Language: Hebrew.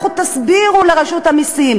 לכו תסבירו לרשות המסים.